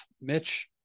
Mitch